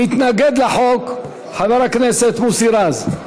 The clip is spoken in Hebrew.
מתנגד לחוק, חבר הכנסת מוסי רז.